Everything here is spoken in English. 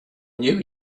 knew